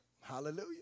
Hallelujah